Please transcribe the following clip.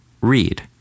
read